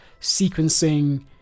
sequencing